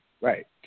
right